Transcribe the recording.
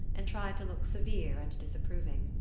and tried to look severe and disapproving.